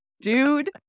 Dude